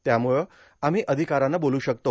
त्यामुळं आम्ही अधिकारानं बोलू शकतो